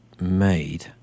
made